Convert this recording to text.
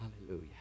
Hallelujah